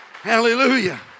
Hallelujah